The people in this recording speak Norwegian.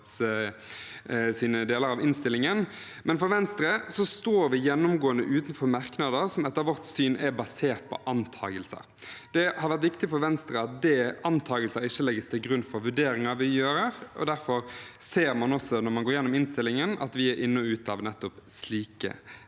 deler av innstillingen, men fra Venstre står vi gjennomgående utenfor merknader som etter vårt syn er basert på antakelser. Det har vært viktig for Venstre at antakelser ikke legges til grunn for vurderinger som gjøres her. Derfor ser man, når man går gjennom innstillingen, at vi er inne i og ute av nettopp slike